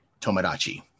Tomodachi